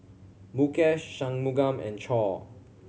Mukesh Shunmugam and Choor